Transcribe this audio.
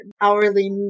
hourly